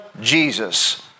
Jesus